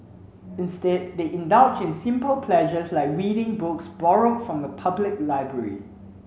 instead they indulge in simpler pleasures like reading books borrowed from the public library